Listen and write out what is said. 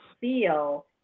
feel